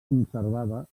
conservada